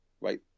right